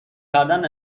کردن